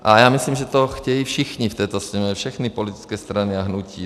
A já myslím, že to chtějí všichni v této Sněmovně, všechny politické strany a hnutí.